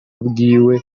bwiwe